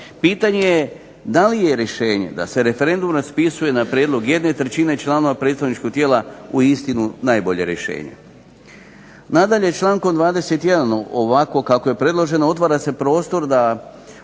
pitanje je da li je rješenje da se referendum raspisuje na prijedlog 1/3 članova predstavničkog tijela uistinu najbolje rješenje. Nadalje, člankom 21. ovako kako je predloženo otvara se prostor da